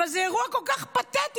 אבל זה אירוע כל כך פתטי.